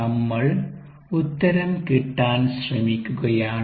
നമ്മൾ ഉത്തരം കിട്ടാൻ ശ്രമിക്കുകയാണ്